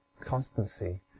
constancy